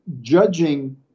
judging